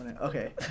Okay